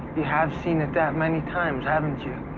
you have seen it that many times, haven't you?